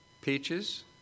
Peaches